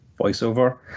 voiceover